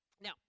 Now